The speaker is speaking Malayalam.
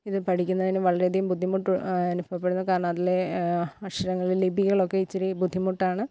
ഇത് പഠിക്കുന്നതിനു വളരെയധികം ബുദ്ധിമുട്ട് അനുഭവപ്പെടുന്നു കാരണം അതിലെ അക്ഷരങ്ങൾ ലിപികളൊക്കെ ഇച്ചിരി ബുദ്ധിമുട്ടാണ്